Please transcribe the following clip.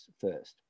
first